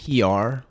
PR